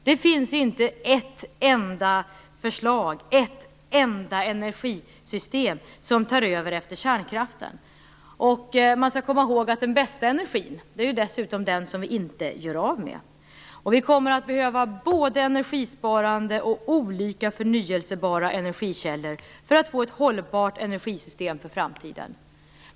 Det finns inte ett enda förslag, ett enda energisystem, som tar över efter kärnkraften. Dessutom skall man komma ihåg att den bästa energin är den som vi inte gör av med. Vi kommer att behöva både energisparande och olika förnyelsebara energikällor för att få ett hållbart energisystem för framtiden.